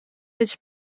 his